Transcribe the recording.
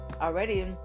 already